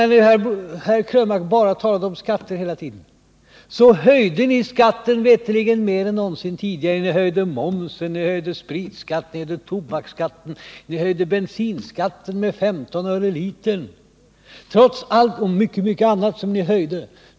Ändå — herr Krönmark talade ju hela tiden om skatter — höjde ni skatten mer än någonsin tidigare veterligen: ni höjde momsen, ni höjde spritskatten, ni höjde tobaksskatten, ni höjde bensinskatten med 15 öre litern och mycket annat.